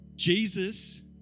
Jesus